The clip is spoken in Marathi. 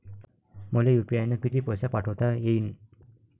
मले यू.पी.आय न किती पैसा पाठवता येईन?